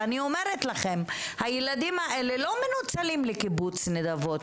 ואני אומרת לכם: הילדים האלה לא מנוצלים רק לקיבוץ נדבות,